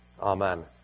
Amen